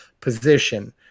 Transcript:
position